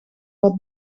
wat